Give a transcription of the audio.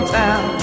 town